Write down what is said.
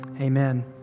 amen